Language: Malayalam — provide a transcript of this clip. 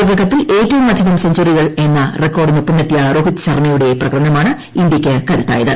ലോകകപ്പിൽ ഏറ്റവുമധികം സെഞ്ചറികൾ എന്ന റെക്കോർഡിനൊപ്പമെത്തിയ് രോഹിത് ശർമ്മയുടെ പ്രകടനമാണ് ഇന്ത്യക്ക് കരുത്തായത്